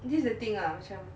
this is the thing ah macam